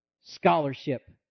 Scholarship